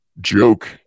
joke